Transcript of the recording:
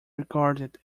regarded